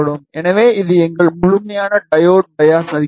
எனவே இது எங்கள் முழுமையான டையோடு பையாஸ் சர்குய்ட்